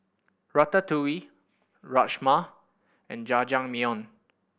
Ratatouille Rajma and Jajangmyeon